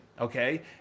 okay